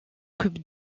cubes